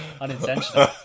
Unintentional